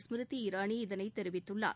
ஸ்மிருதி இரானி இதனை தெரிவித்துள்ளார்